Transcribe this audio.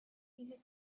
easy